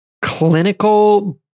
Clinical